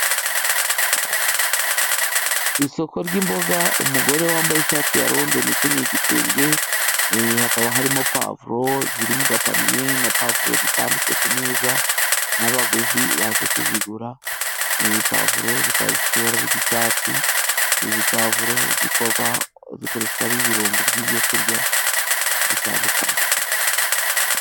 Isoko ry'imboga, umugore wambaye ishati ya londoni ukenyeye igitenge hakaba harimo povuro ziri mu gapaniye na pavuro zitanditse ku meza n'abaguzi baje kuzigura, pavuro zikaba zifite ibara ry'icyatsi. Izi pavuro zikorwa zikoreshwa ari ibirungo by'ibyo kurya bitandukanye.